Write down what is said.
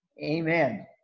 amen